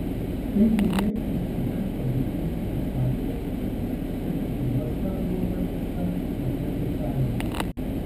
kai kurie incidento liudininkai sakė kad į uostą buvo paleista raketų salvė